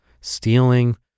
stealing